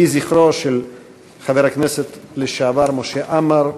יהי זכרו של חבר הכנסת לשעבר משה עמאר ברוך.